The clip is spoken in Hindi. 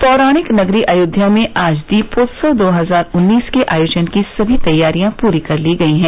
पौराणिक नगरी अयोध्या में आज दीपोत्सव दो हजार उन्नीस के आयोजन की सभी तैयारियां पूरी कर ली गई हैं